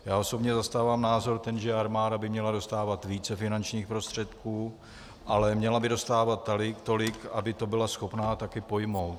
Já osobně zastávám názor ten, že armáda by měla dostávat více finančních prostředků, ale měla by dostávat tolik, aby to byla schopna také pojmout.